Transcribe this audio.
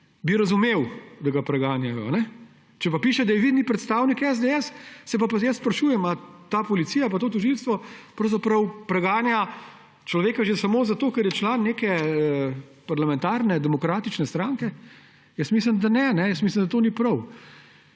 bi razumel, da ga preganjajo. Če pa piše, da je vidni predstavnik SDS, se pa jaz sprašujem, ali ta policija pa to tožilstvo pravzaprav preganjata človeka že samo zato, ker je član neke demokratične parlamentarne stranke. Jaz mislim, da ne, jaz mislim, da to ni prav.